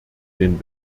den